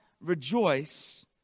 rejoice